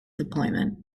deployment